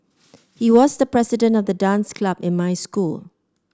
he was the president of the dance club in my school